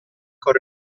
col